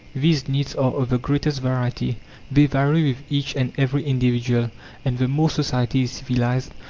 these needs are of the greatest variety they vary with each and every individual and the more society is civilized,